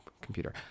computer